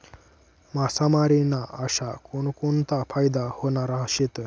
मासामारी ना अशा कोनकोनता फायदा व्हनारा शेतस?